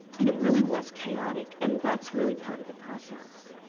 and it really was chaotic and that's really part of the process.